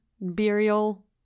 Burial